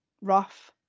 rough